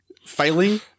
Failing